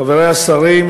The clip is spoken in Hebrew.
חברי השרים,